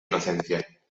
inocencia